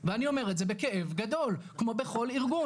ואני אומר את זה בכאב גדול, כמו בכל ארגון.